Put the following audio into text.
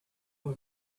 with